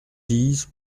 dix